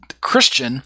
Christian